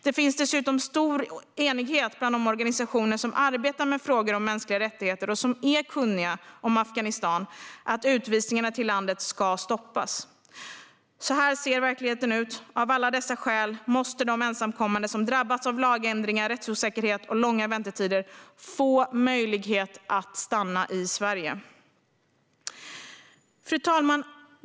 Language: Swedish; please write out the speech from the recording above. Det finns dessutom stor enighet bland de organisationer som arbetar med frågor om mänskliga rättigheter och är kunniga om Afghanistan om att utvisningarna till landet bör stoppas. Så här ser verkligheten ut. Av alla dessa skäl måste de ensamkommande som drabbats av lagändringar, rättsosäkerhet och långa väntetider få möjlighet att stanna i Sverige. Fru talman!